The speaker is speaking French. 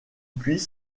puits